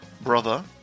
brother